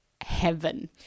heaven